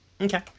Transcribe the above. Okay